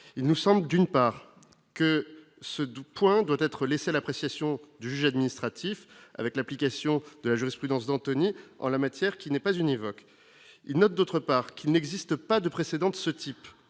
et nous sommes d'une part que ce de point doit être laissée à l'appréciation du juge administratif avec l'application de la jurisprudence d'Anthony en la matière qui n'est pas univoque, il note d'autre part qu'il n'existe pas de précédent de ce type